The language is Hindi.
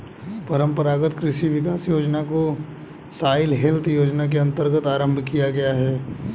परंपरागत कृषि विकास योजना को सॉइल हेल्थ योजना के अंतर्गत आरंभ किया गया है